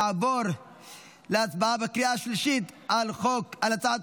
נעבור להצבעה בקריאה השלישית על הצעת